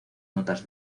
notas